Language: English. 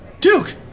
Duke